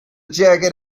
jacket